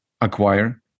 acquire